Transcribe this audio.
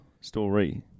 story